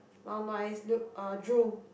lao nua is lu~ uh drool